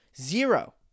zero